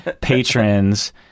patrons